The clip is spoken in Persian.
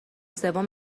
سوم